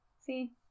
See